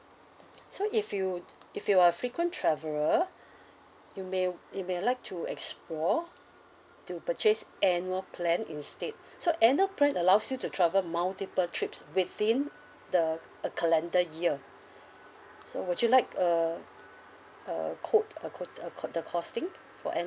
so if you if you are frequent traveller you may you may like to explore to purchase annual plan instead so annual plan allows you to travel multiple trips within the a calendar year so would you like uh uh quote uh quote uh quote the costing for